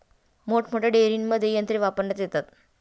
मोठमोठ्या डेअरींमध्ये यंत्रे वापरण्यात येतात